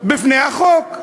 בפני החוק.